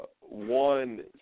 one